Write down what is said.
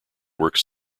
works